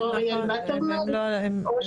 גם